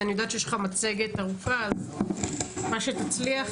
אני יודעת שיש לך מצגת ארוכה אז מה שתצליח,